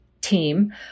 team